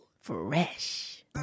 Fresh